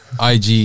IG